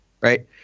right